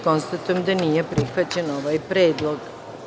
Konstatujem da nije prihvaćen ovaj predlog.